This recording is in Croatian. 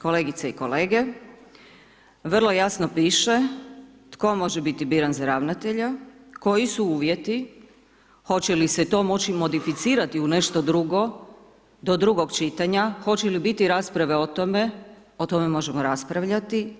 Kolegice i kolege, vrlo jasno piše tko može biti biran za ravnatelja, koji su uvjeti, hoće li se to moći modificirati u nešto drugo, do drugog čitanja, hoće li biti raspare o tome, o tome možemo raspraviti.